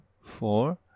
Four